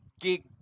gig